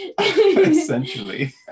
Essentially